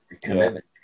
Commitment